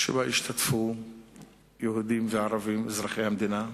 שבה ישתתפו יהודים וערבים אזרחי המדינה,